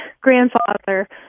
grandfather